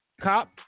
cop